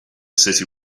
city